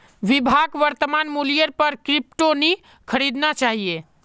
विभाक वर्तमान मूल्येर पर क्रिप्टो नी खरीदना चाहिए